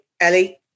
ellie